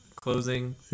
closing